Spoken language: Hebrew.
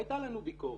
והייתה לנו ביקורת,